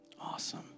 Awesome